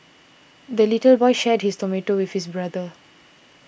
the little boy shared his tomato with his brother